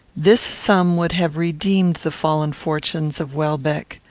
this sum would have redeemed the fallen fortunes of welbeck.